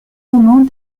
romans